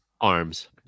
Arms